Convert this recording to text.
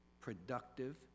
productive